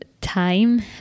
time